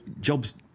Jobs